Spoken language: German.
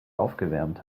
aufgewärmt